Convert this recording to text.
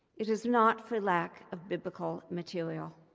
it is not for lack of biblical material.